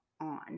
on